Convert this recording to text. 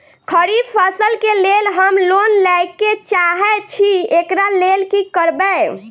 खरीफ फसल केँ लेल हम लोन लैके चाहै छी एकरा लेल की करबै?